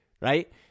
right